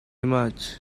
much